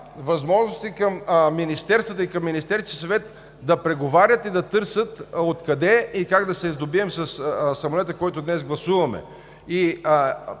възможности за министерствата и за Министерския съвет да преговарят и да търсят откъде и как да се сдобием със самолета, който днес гласуваме.